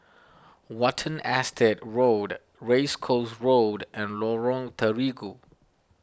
Watten Estate Road Race Course Road and Lorong Terigu